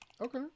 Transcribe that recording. Okay